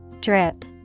Drip